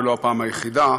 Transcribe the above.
ולא הפעם היחידה,